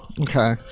Okay